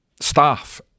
staff